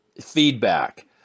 feedback